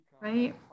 right